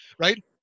right